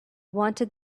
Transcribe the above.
wanted